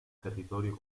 territorio